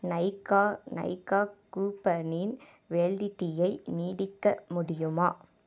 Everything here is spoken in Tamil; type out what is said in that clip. நைகா நைகா கூப்பனின் வேலிடிட்டியை நீடிக்க முடியுமா